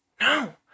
No